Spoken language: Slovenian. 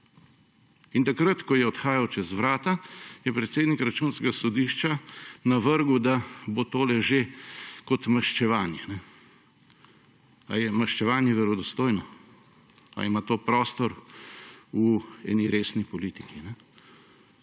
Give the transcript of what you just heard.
Takrat, ko je odhajal skozi vrata, je predsednik Računskega sodišča navrgel, da bo tole že kot maščevanje. Ali je maščevanje verodostojno? Ali ima to prostor v eni resni politiki?